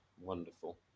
Wonderful